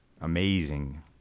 amazing